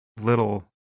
little